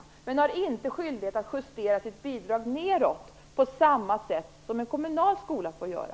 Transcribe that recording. Varför har den då inte skyldighet att justera sitt bidrag nedåt på samma sätt som en kommunal skola får göra?